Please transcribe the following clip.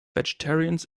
vegetarians